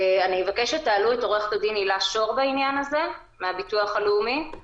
אבקש שתעלו את עורכת הדין הילה שור מהביטוח הלאומי בעניין הזה.